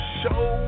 show